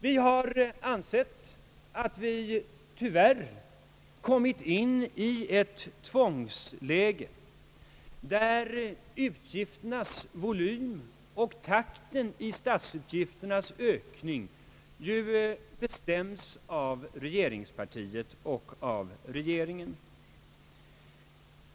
Vi anser oss tyvärr ha kommit in i ett tvångsläge där utgifternas volym och takten i statsutgifternas ökning bestäms av regeringspartiet och av regeringen.